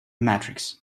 matrix